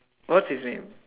what's his name